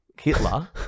Hitler